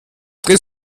dreh